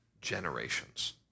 generations